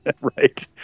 right